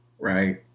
Right